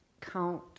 count